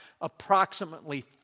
approximately